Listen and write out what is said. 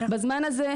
בזמן הזה,